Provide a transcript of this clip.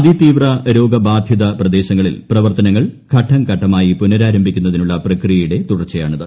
അതിതീവ്ര രോഗബാധിത പ്രദേശങ്ങളിൽ പ്രവർത്തനങ്ങൾ ഘട്ടം ഘട്ടമായി പുനരാരംഭിക്കുന്നതിനുള്ള പ്രക്രിയയുടെ തുടർച്ചയാണിത്